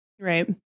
Right